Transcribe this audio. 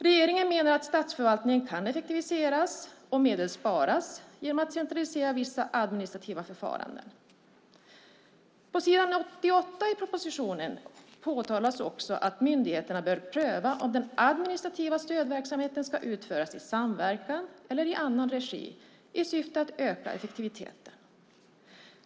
Regeringen menar att statsförvaltningen kan effektiviseras och medel sparas genom att centralisera vissa administrativa förfaranden. På s. 88 i propositionen påtalas också att myndigheterna bör pröva om den administrativa stödverksamheten ska utföras i samverkan eller i annan regi i syfte att öka effektiviteten.